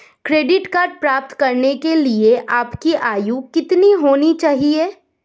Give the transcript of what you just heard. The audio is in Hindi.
क्रेडिट कार्ड प्राप्त करने के लिए आपकी आयु कितनी होनी चाहिए?